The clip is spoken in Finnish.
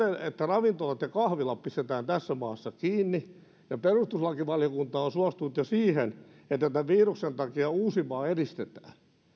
että ravintolat ja kahvilat pistetään tässä maassa kiinni ja perustuslakivaliokunta on suostunut jo siihen että tämän viruksen takia uusimaa eristetään